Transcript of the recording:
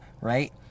right